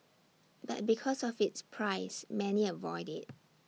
but because of its price many avoid IT